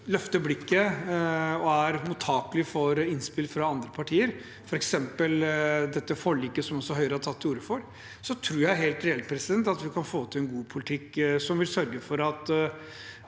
løfter blikket og er mottakelig for innspill fra andre partier, f.eks. dette forliket som Høyre har tatt til orde for, tror jeg at vi helt reelt kan få til en god politikk som vil sørge for at